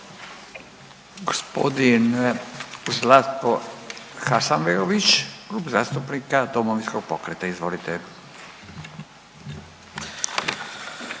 hvala.